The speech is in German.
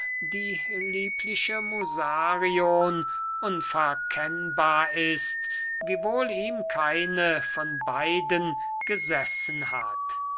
die liebliche musarion unverkennbar ist wiewohl ihm keine von beiden gesessen hat